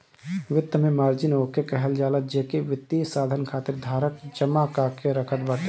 वित्त में margin okay कहल जाला जेके वित्तीय साधन खातिर धारक जमा कअ के रखत बाटे